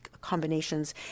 combinations